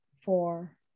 four